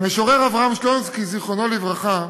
המשורר אברהם שלונסקי ז"ל,